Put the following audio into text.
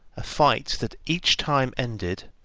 a fight that each time ended,